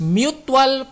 mutual